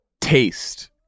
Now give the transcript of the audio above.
taste